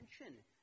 attention